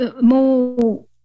more